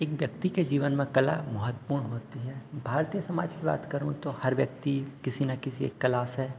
एक व्यक्ति के जीवन में कला महत्वपूर्ण होती है भारतीय समाज की बात करूँ तो हर व्यक्ति किसी न किसी एक कला से